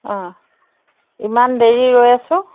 অঁ ইমান দেৰি ৰৈ আছোঁ